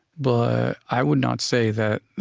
but i would not say that